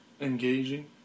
Engaging